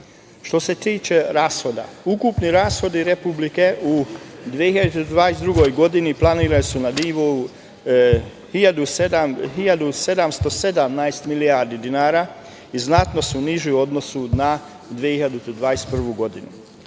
se tiče rashoda, ukupni rashodi Republike u 2022. godini planirani su na nivou 1.717 milijardi dinara, i znatno su niži u odnosu na 2021. godinu.